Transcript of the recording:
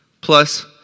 plus